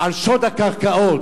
על שוד הקרקעות,